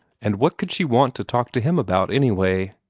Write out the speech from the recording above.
and what could she want to talk to him about, anyway?